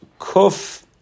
Kuf